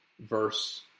verse